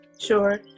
Sure